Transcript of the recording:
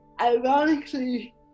ironically